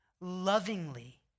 lovingly